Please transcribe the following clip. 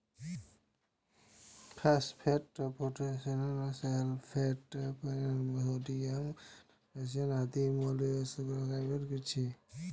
phosphate, potassium sulphate, ferric sodium, metaldehyde आदि molluscicides छियै